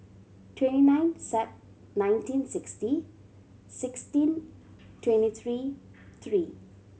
twenty nine Sep nineteen sixty sixteen twenty three three